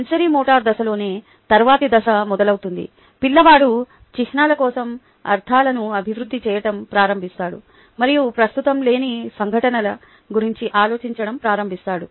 sensorimotor దశలోనే తరువాతి దశ మొదలవుతుంది పిల్లవాడు చిహ్నాల కోసం అర్ధాలను అభివృద్ధి చేయటం ప్రారంభిస్తాడు మరియు ప్రస్తుతం లేని సంఘటనల గురించి ఆలోచించడం ప్రారంభిస్తాడు